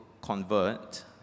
convert